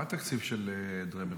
מה התקציב של זה?